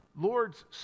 Lord's